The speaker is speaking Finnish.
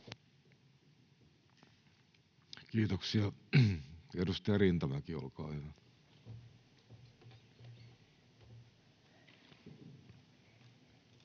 Kiitoksia. — Edustaja Rintamäki, olkaa hyvä.